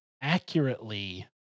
accurately